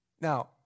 Now